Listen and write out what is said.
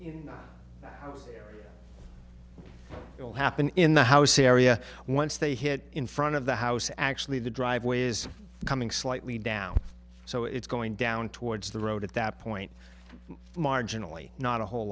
that will happen in the house area once they hit in front of the house actually the driveway is coming slightly down so it's going down towards the road at that point marginally not a whole